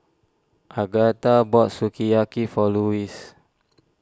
Agatha bought Sukiyaki for Lewis